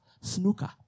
snooker